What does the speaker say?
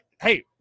hey-